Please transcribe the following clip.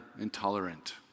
intolerant